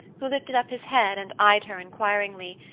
who lifted up his head and eyed her inquiringly,